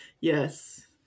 yes